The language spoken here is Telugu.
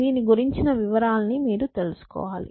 దీని గురించిన వివరాలని మీరు తెలుసుకోవాలి